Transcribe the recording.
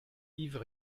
yves